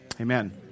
Amen